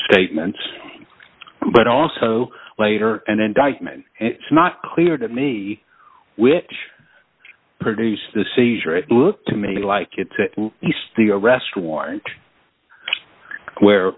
statements but also later and indictment it's not clear to me which produced the seizure it looks to me like it's the arrest warrant where